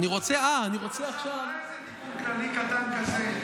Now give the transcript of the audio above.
אולי איזה תיקון כללי קטן כזה?